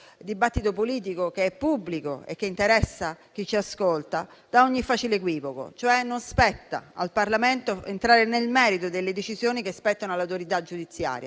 dibattito politico, che è pubblico e che interessa chi ci ascolta, da ogni facile equivoco, cioè non spetta al Parlamento entrare nel merito delle decisioni che spettano all'autorità giudiziaria,